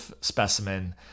specimen